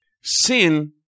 Sin